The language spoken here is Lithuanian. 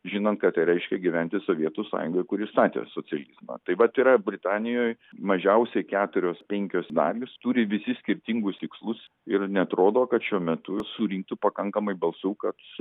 žinant ką tai reiškia gyventi sovietų sąjungoj kuri statė socializmą tai vat yra britanijoj mažiausiai keturios penkios dalys turi visi skirtingus tikslus ir neatrodo kad šiuo metu surinktų pakankamai balsų kad